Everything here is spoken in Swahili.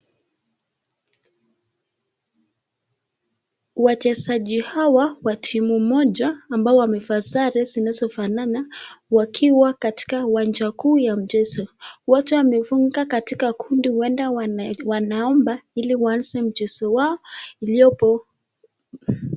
Wachezaji hawa wa timu moja ambao wamevaa sare zinazofanana wakiwa katika uwanja kuu ya mchezo. Wote wamevunga katika kundi huenda wanaomba ili waanze mchezo wao iliyopo.